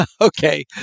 Okay